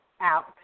out